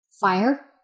fire